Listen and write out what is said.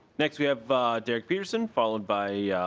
next we have derek peterson followed by yeah